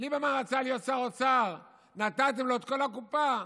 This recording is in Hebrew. ליברמן רצה להיות שר אוצר, נתתם לו את כל הקופה,